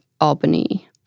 Albany